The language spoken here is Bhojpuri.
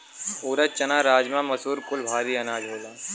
ऊरद, चना, राजमा, मसूर कुल भारी अनाज होला